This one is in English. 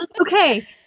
okay